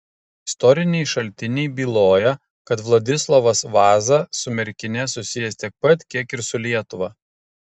istoriniai šaltiniai byloja kad vladislovas vaza su merkine susijęs tiek pat kiek ir su lietuva